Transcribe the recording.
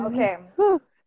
Okay